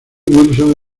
wilson